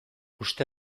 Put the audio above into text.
uste